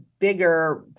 bigger